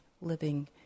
living